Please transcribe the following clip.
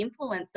influencer